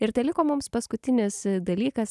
ir teliko mums paskutinis dalykas